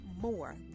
more